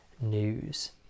news